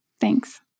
Thanks